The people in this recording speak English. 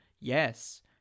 Yes